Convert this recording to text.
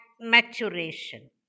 maturation